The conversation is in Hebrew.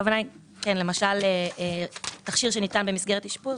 הכוונה היא שתכשיר שניתן במסגרת האשפוז